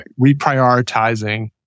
reprioritizing